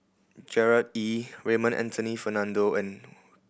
Gerard Ee Raymond Anthony Fernando and